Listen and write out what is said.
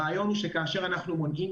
הרעיון הוא שכשאר אנחנו מונעים,